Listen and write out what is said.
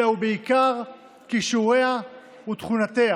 אלא, ובעיקר, כישוריה ותכונותיה